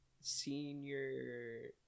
Senior